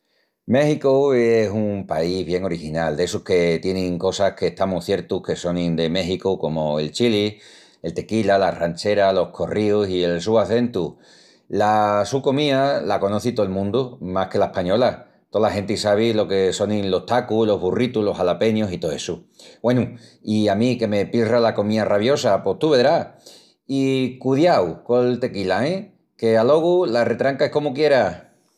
Méxicu es un país bien original, d'essus que tienin cosas qu'estamus ciertus que sonin de Méxicu comu el chili, el tequila, las rancheras, los corríus i el su acentu. La su comía la conoci tol mundu, más que la española. Tola genti sabi lo que sonin los tacus, los burritus, los jalapeñus i tó essu. Güenu, i a mí que me pilra la comía raviosa... pos tú vedrás! I cudiau col tequila e! Qu'alogu la retranca es comu quieras!